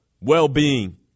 well-being